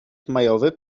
majowy